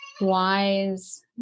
wise